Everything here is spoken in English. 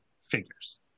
figures